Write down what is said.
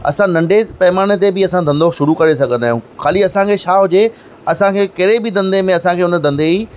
असां नंढे पैमाने ते बि असां धंदो शुरु करे सघंदा आहियूं खाली असांखे छा हुजे असांखे कहिड़े बि धंदे में असांखे हुन में धंदे जी